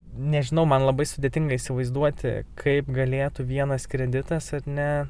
nežinau man labai sudėtinga įsivaizduoti kaip galėtų vienas kreditas ar ne